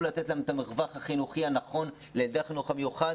לתת את המרחב החינוכי הנכון לילדי החינוך המיוחד.